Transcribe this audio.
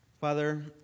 Father